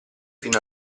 fino